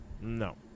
no